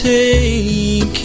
take